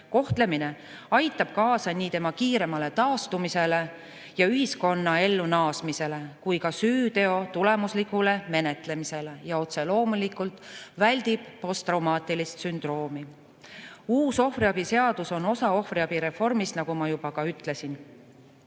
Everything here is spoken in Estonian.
[Ohvriabi] aitab kaasa nii ohvri kiiremale taastumisele ja ühiskonnaellu naasmisele kui ka süüteo tulemuslikule menetlemisele ning otse loomulikult väldib posttraumaatilise sündroomi [tekitamist]. Uus ohvriabi seadus on osa ohvriabi reformist, nagu ma juba ütlesin.